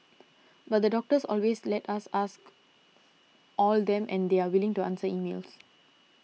but the doctors always let us ask all them and they were willing to answer emails